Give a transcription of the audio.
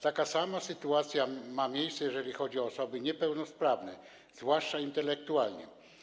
Taka sama sytuacja ma miejsce, jeżeli chodzi o osoby niepełnosprawne, zwłaszcza intelektualnie.